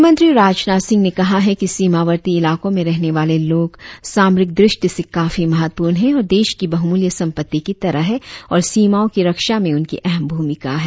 गृहमंत्री राजनाथ सिंह ने कहा है कि सीमावर्ती इलाकों में रहने वाले लोग सामरिकदष्टि से काफी महत्वपूर्ण है और देश की बहुमूल्य संपत्ति की तरह हैं और सीमाओं की रक्षा में उनकी अहम भूमिका है